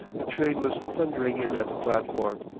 the train was thundering in at the platform.